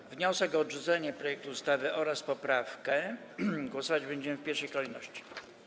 Nad wnioskiem o odrzucenie projektu ustawy oraz poprawką głosować będziemy w pierwszej kolejności.